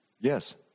Yes